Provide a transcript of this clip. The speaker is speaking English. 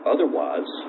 Otherwise